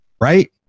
Right